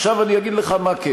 עכשיו אני אגיד לך מה כן.